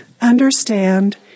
understand